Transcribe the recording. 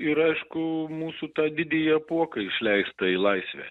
ir aiškų mūsų tą didįjį apuoką išleistą į laisvę